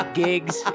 gigs